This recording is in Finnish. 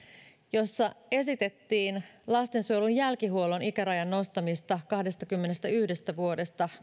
jossa esitettiin lastensuojelun jälkihuollon ikärajan nostamista kahdestakymmenestäyhdestä vuodesta